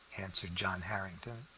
answered john harrington.